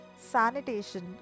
sanitation